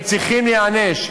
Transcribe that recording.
הם צריכים להיענש.